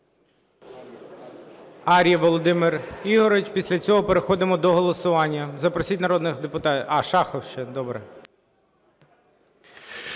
Ар'єв Володимир Ігорович. Після цього переходимо до голосування.